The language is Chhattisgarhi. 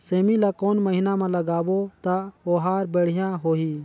सेमी ला कोन महीना मा लगाबो ता ओहार बढ़िया होही?